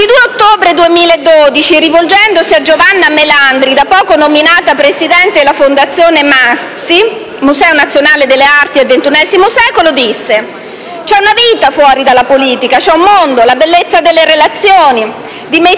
22 ottobre 2012, rivolgendosi a Giovanna Melandri, da poco nominata presidente della Fondazione MAXXI - Museo nazionale delle Arti del XXI secolo, disse: «C'è una vita fuori dalla politica, c'è un mondo, la bellezza delle relazioni, mettersi